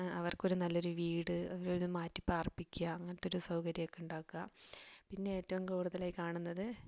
അവർക്കൊരു നല്ലൊരു വീട് അവരെയൊന്നു മാറ്റിപാർപ്പിക്കുക അങ്ങനത്തൊരു സൗകര്യമൊക്കെ ഉണ്ടാക്കുക പിന്നെ ഏറ്റവും കൂടുതലായി കാണുന്നത്